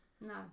No